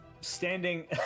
standing